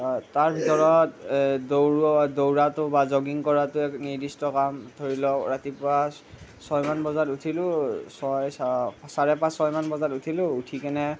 তাৰ ভিতৰত দৌৰোঁ দৌৰাটো বা জ'গিং কৰাটো এক নিৰ্দিষ্ট কাম ধৰি লওঁক ৰাতিপুৱা ছয়মান বজাত উঠিলোঁ ছয় চাৰে পাঁচ ছয়মান বজাত উঠিলোঁ উঠিকিনে